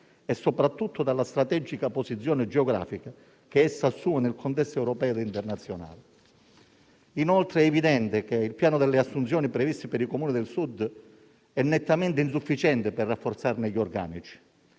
e soprattutto per la strategica posizione geografica che essa assume nel contesto europeo e internazionale. Inoltre, è evidente che il piano delle assunzioni previste per i Comuni del Sud è nettamente insufficiente per rafforzarne gli organici;